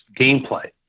gameplay